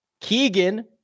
Keegan